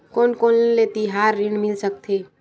कोन कोन ले तिहार ऋण मिल सकथे?